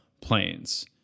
planes